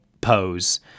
Pose